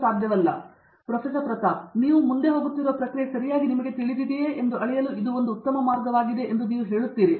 ಪ್ರತಾಪ್ ಹರಿಡೋಸ್ ಆದ್ದರಿಂದ ನೀವು ಮುಂದೆ ಹೋಗುತ್ತಿರುವ ಸರಿಯಾದ ಪ್ರಕ್ರಿಯೆಯಲ್ಲಿ ನಿಮಗೆ ತಿಳಿದಿದೆಯೇ ಎಂದು ಅಳೆಯಲು ಇದು ಒಂದು ಉತ್ತಮ ಮಾರ್ಗವಾಗಿದೆ ಎಂದು ನೀವು ಹೇಳುತ್ತೀರಿ